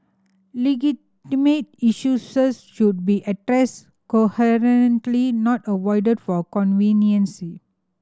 legitimate should be addressed coherently not avoided for convenience